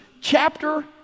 chapter